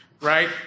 right